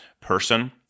person